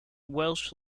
welsh